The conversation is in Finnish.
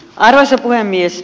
arvoisa puhemies